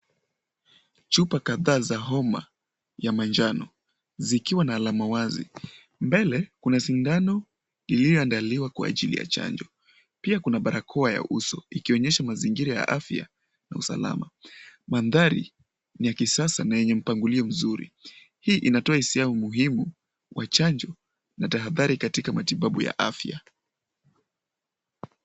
Chupa kadhaa za homa ya manjano zikiwa na alama wazi. Mbele kuna sindano iliyoandaliwa kwa ajili ya chanjo. Pia kuna barakoa ya uso ikionyesha mazingira ya afya na usalama. Mandhari ni ya kisasa na yenye mpangilio mzuri. Hii inatoa hisia au umuhimu wa chanjo na tahadhari katika matibabu ya afya.